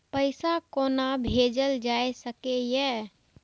पैसा कोना भैजल जाय सके ये